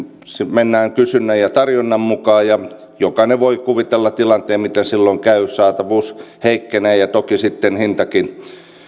mennään kysynnän ja tarjonnan mukaan ja jokainen voi kuvitella tilanteen miten silloin käy saatavuus heikkenee ja toki sitten hintakin